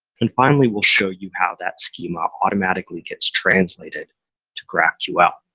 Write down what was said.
and finally, we'll show you how that schema automatically gets translated to graphql.